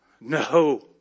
No